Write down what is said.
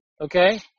okay